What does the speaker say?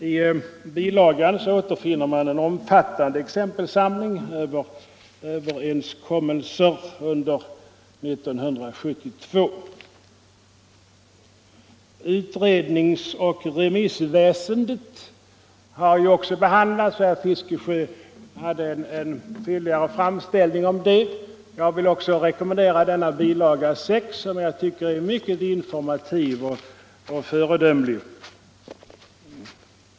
I bilaga till betänkandet återfinner man en omfattande exempelsamling med överenskommelser som ingåtts under 1972. Utrednings och remissväsendet har också behandlats. Herr Fiskesjö hade en fyllig framställning om det. Jag vill också rekommendera bilaga 6, som jag tycker är mycket informativ och föredömlig.